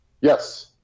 Yes